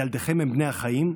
ילדיכם הם בני החיים.